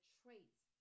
traits